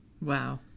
Wow